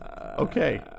Okay